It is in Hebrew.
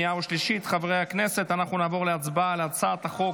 נגד, 26. אני קובע כי הצעת חוק